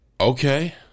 Okay